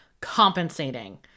compensating